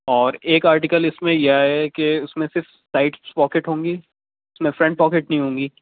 اور ایک آرٹکل اس میں یہ آیا ہے کہ اس میں صرف سائڈس پاکٹ ہوں گی اس میں فرنٹ پاکٹ نہیں ہوں گی